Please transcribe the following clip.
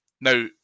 Now